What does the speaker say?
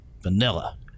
Vanilla